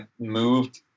moved